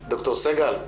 ד"ר סגל,